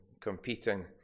competing